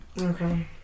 Okay